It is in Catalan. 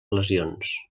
lesions